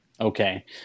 Okay